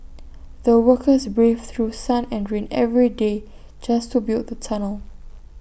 the workers braved through sun and rain every day just to build the tunnel